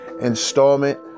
installment